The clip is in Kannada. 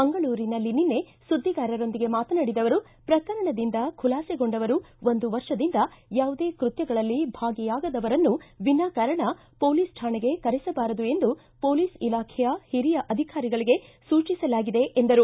ಮಂಗಳೂರಿನಲ್ಲಿ ನಿನ್ನೆ ಸುದ್ದಿಗಾರರೊಂದಿಗೆ ಮಾತನಾಡಿದ ಅವರು ಪ್ರಕರಣದಿಂದ ಖುಲಾಸೆಗೊಂಡವರು ಒಂದು ವರ್ಷದಿಂದ ಯಾವುದೇ ಕೃತ್ಯಗಳಲ್ಲಿ ಭಾಗಿಯಾಗದವರನ್ನು ವಿನಾಕಾರಣ ಪೊಲೀಸ್ ಠಾಣೆಗೆ ಕರೆಸಬಾರದು ಎಂದು ಪೊಲೀಸ್ ಇಲಾಖೆಯ ಹಿರಿಯ ಅಧಿಕಾರಿಗಳಿಗೆ ಸೂಚಿಸಲಾಗಿದೆ ಎಂದರು